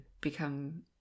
become